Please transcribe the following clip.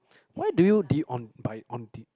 why do you do you on by on the